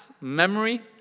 memory